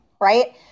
right